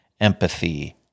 empathy